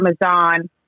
Amazon